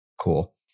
Cool